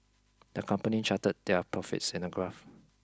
the company charted their profits in a graph